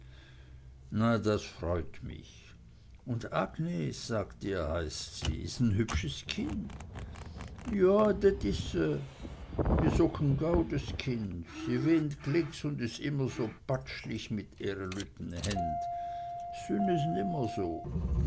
na das freut mich und agnes sagt ihr heißt sie is ein hübsches kind joa det is se un is ook en gaudes kind se weent gliks un is immer so patschlich mit ehre lütten hänn sünne sinn immer so